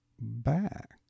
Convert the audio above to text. back